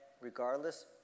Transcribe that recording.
regardless